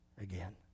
again